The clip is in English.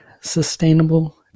sustainable